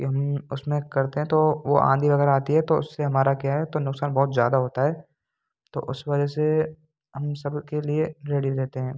कि हम उसमें करते हैं तो वो वो आंधी वगैरह आती है तो उससे हमारा क्या है तो नुकसान बहुत ज़्यादा होता है तो उस वजह से हम सबके लिए रेडी रहते हैं